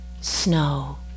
snow